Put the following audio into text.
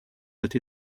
that